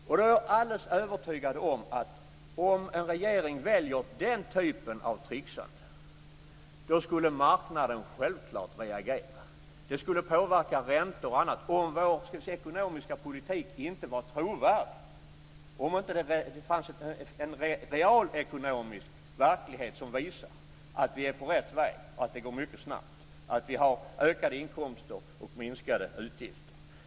Jag är helt övertygad om att om en regering väljer den typen av tricksande skulle marknaden reagera. Det skulle påverka räntor och annat om vår ekonomiska politik inte var trovärdig, om det inte fanns en realekonomisk verklighet som visar att vi är på rätt väg och att det går mycket snabbt, att vi har ökade inkomster och minskade utgifter.